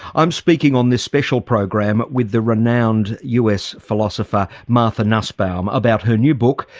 i'm speaking on this special program with the renowned us philosopher, martha nussbaum about her new book,